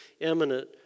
eminent